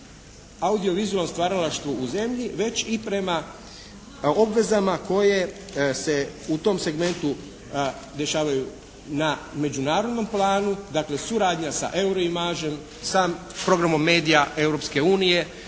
audio-vizualnom stvaralaštvu u zemlji već i prema obvezama koje se u tom segmentu dešavaju na međunarodnom planu. Dakle suradnja sa «Euro-Imagem», sa programom medija